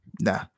Nah